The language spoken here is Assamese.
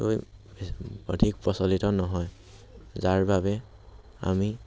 লৈ অধিক প্ৰচলিত নহয় যাৰ বাবে আমি